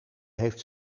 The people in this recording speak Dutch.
heeft